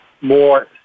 more